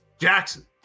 Jackson